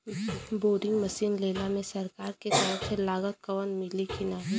Boring machine लेला मे सरकार के तरफ से लागत कवर मिली की नाही?